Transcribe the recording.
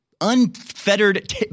unfettered